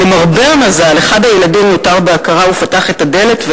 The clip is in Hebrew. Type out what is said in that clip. למרבה המזל, אחד הילדים נותר בהכרה ופתח את הדלת.